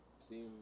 See